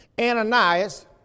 Ananias